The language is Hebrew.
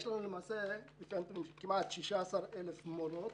יש לנו כמעט 16,000 מורות,